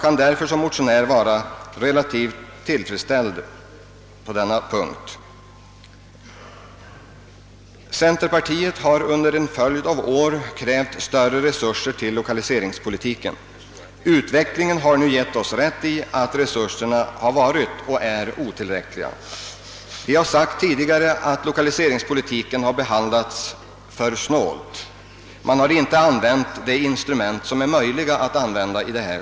Enligt utskottets skrivning kan sådana bidrag hädanefter utgå. Jag kan därför som motionär vara tillfredsställd. Centerpartiet har under en följd av år krävt större resurser för lokaliseringspolitiken. Utvecklingen har nu givit oss rätt i att resurserna varit och är otillräckliga. Vi har tidigare sagt att lokaliseringspolitiken behandlats för snålt; man har inte använt de instrument som är möjliga att använda.